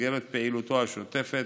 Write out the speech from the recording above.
במסגרת פעילותו השוטפת,